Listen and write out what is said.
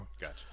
Gotcha